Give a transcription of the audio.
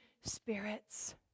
spirits